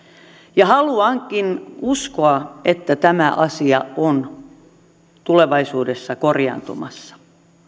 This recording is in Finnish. ja haluankin uskoa että tämä asia on tulevaisuudessa korjaantumassa